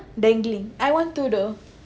dangling I want to tho